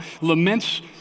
laments